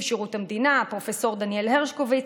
שירות המדינה הפרופ' דניאל הרשקוביץ,